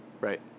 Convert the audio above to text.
right